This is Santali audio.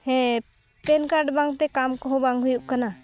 ᱦᱮᱸ ᱯᱮᱱ ᱠᱟᱨᱰ ᱵᱟᱝᱛᱮ ᱠᱟᱢ ᱠᱚᱦᱚᱸ ᱵᱟᱝ ᱦᱩᱭᱩᱜ ᱠᱟᱱᱟ